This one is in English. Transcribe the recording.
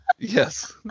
Yes